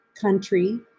country